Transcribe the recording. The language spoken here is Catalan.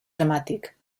dramàtic